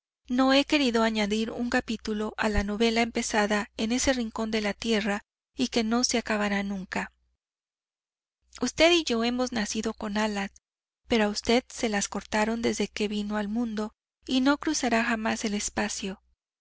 no he querido añadir un capítulo a la novela empezada en ese rincón de la tierra y que no se acabará nunca usted y yo hemos nacido con alas pero a usted se las cortaron desde que vino al mundo y no cruzará jamás el espacio